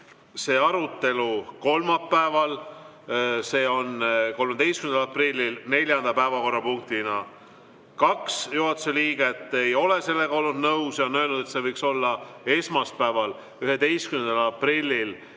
võiks olla kolmapäeval, see on 13. aprillil neljanda päevakorrapunktina. Kaks juhatuse liiget ei ole sellega nõus ja on öelnud, et see võiks olla esmaspäeval, 11. aprillil